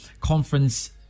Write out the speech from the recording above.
Conference